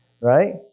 right